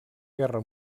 guerra